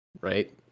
right